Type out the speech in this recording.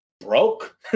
broke